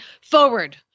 forward